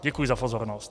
Děkuji za pozornost.